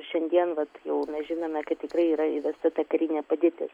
šiandien vat jau žinome kad tikrai yra įvesta ta karinė padėtis